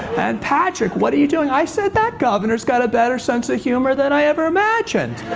and patrick, what are you doing? i said that governor's got a better sense of humor than i ever imagined.